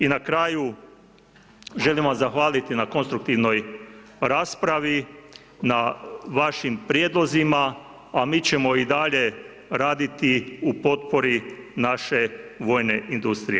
I na kraju želim vam zahvaliti na konstruktivnoj raspravi, na vašim prijedlozima a mi ćemo i dalje raditi u potpori naše vojne industrije.